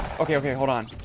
okay. okay. hold on.